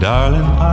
Darling